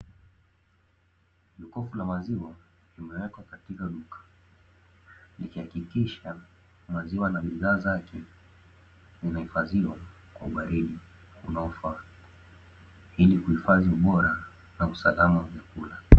Kopo la maziwa lime wekwa katika duka, liki hakikisha maziwa na bidhaa zake, zime hifadhiwa kwa ubaridi unao faa ili kuhifadhi ubora na usalama wa vyakula.